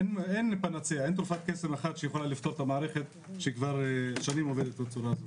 אין תרופת קסם אחת שיכולה לפתור את המערכת שכבר שנים עובדת בצורה הזו.